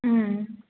ம்